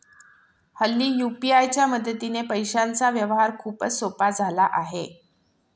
हल्ली यू.पी.आय च्या मदतीने पैशांचा व्यवहार खूपच सोपा झाला आहे